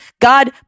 God